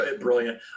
brilliant